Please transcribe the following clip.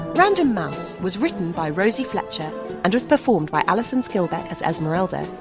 random mouse was written by rosie fletcher and was performed by alison skilbeck as esmeralda,